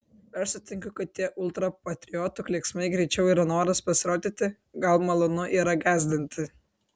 aš sutinku kad tie ultrapatriotų klyksmai greičiau yra noras pasirodyti gal malonu yra gąsdinti